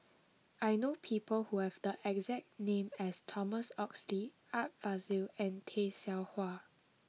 I know people who have the exact name as Thomas Oxley Art Fazil and Tay Seow Huah